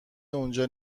اونجا